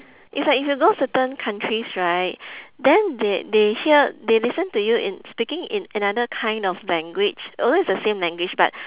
it's like if you go certain countries right then they they hear they listen to you in speaking in another kind of language although it's the same language but